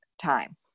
time